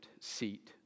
seat